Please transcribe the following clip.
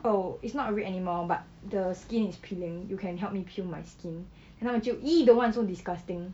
oh it's not red anymore but the skin is peeling you can help me peel my skin then 他们就 !ee! don't want so disgusting